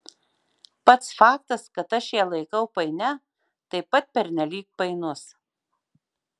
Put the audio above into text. pats faktas kad aš ją laikau painia taip pat pernelyg painus